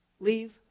leave